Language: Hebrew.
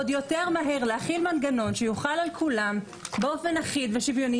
עוד יותר מהר להכין מנגנון שיוחל על כולם באופן אחיד ושוויוני.